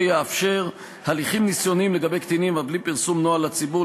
שיאפשר הליכים ניסיוניים לגבי קטינים אף בלי פרסום נוהל לציבור,